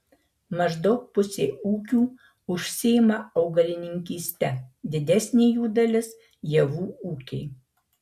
maždaug pusė ūkių užsiima augalininkyste didesnė jų dalis javų ūkiai